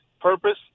Purpose